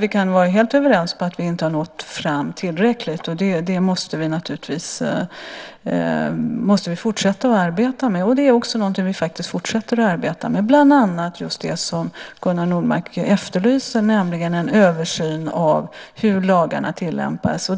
Vi kan vara helt överens om att vi inte har nått fram tillräckligt, och det måste vi naturligtvis fortsätta att arbeta med. Det är också någonting som vi fortsätter att arbeta med. Det är bland annat just det som Gunnar Nordmark efterlyser, nämligen en översyn av hur lagarna tillämpas.